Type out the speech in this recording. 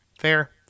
Fair